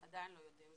עדיין לא יודעים,